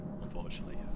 unfortunately